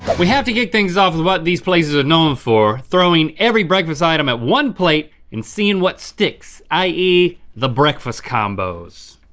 we have to kick things off with what these places are known for, throwing every breakfast item at one plate and seeing what sticks, ie, the breakfast combos.